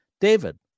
David